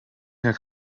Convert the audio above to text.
her